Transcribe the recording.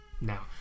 now